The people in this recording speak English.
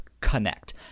Connect